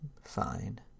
fine